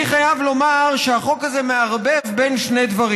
אני חייב לומר שהחוק הזה מערבב שני דברים.